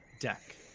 deck